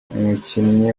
umukinnyi